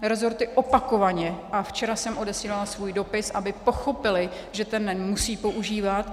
Resorty opakovaně a včera jsem odesílala svůj dopis, aby pochopily, že ten NEN musí používat.